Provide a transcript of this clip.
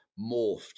morphed